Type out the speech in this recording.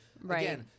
Right